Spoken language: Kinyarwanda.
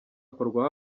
akorwa